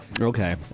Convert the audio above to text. Okay